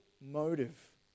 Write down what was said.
motive